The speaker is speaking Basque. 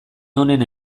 honen